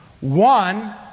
One